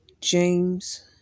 James